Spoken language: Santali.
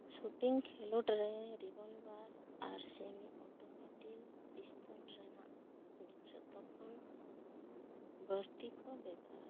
ᱥᱩᱴᱤᱝ ᱠᱷᱮᱞᱳᱰ ᱨᱮ ᱨᱤᱵᱳᱞᱵᱟᱨ ᱟᱨ ᱥᱮᱢᱤᱼᱟᱴᱳᱢᱮᱴᱤᱞ ᱯᱤᱥᱛᱚᱞ ᱨᱮᱭᱟᱜ ᱡᱚᱛᱚ ᱠᱷᱚᱱ ᱵᱟᱹᱲᱛᱤ ᱠᱚ ᱵᱮᱵᱷᱟᱨᱟ